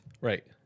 right